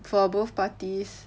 for both parties